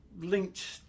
linked